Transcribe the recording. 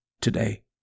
today